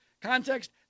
context